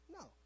No